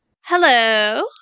Hello